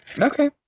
Okay